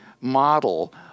model